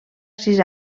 sis